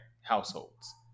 households